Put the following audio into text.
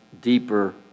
deeper